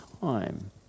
time